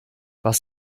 was